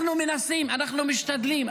אנחנו מנסים, אנחנו משתדלים.